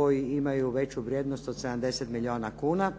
koji imaju veću vrijednost od 70 milijuna kuna.